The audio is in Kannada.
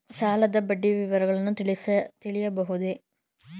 ಸಾಲದ ಬಡ್ಡಿಯ ವಿವರಗಳನ್ನು ತಿಳಿಯಬಹುದೇ?